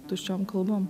tuščiom kalbom